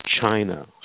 China